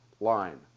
line